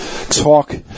talk